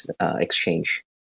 exchange